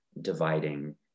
dividing